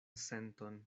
senton